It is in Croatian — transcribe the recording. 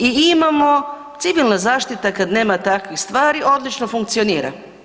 I imamo civilna zaštita kad nema takvih stvari odlično funkcionira.